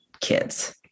kids